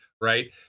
right